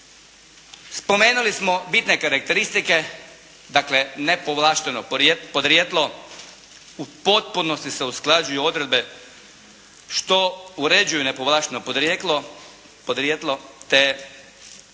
Spomenuli smo bitne karakteristike, dakle nepovlašteno podrijetlo u potpunosti se usklađuju odredbe što uređuje i nepovlašteno podrijetlo te tema